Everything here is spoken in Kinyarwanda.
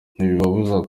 ntibibabuza